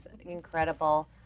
incredible